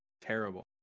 Terrible